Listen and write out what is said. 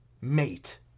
mate